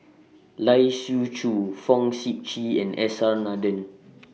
Lai Siu Chiu Fong Sip Chee and S R Nathan